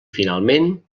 finalment